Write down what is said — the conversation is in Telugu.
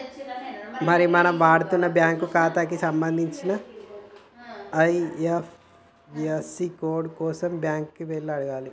మరి మనం వాడుతున్న బ్యాంకు ఖాతాకి సంబంధించిన ఐ.ఎఫ్.యస్.సి కోడ్ కోసం బ్యాంకు కి వెళ్లి అడగాలి